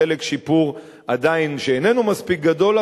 בחלק שיפור שעדיין איננו מספיק גדול,